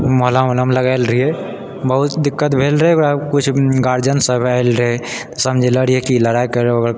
मलहम ओलहम लगाएल रहिऐ बहुत दिक्कत भेल रहए ओकर बाद किछु गार्जीयन सब आएल रहए समझेलो रहिऐ कि लड़ाइ करब